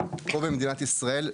פה במדינת ישראל.